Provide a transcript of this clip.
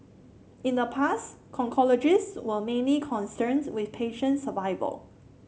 in the past oncologist were mainly concerned with patient survival